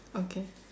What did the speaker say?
okay